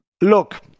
look